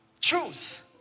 Choose